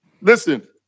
Listen